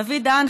דוד דהאן,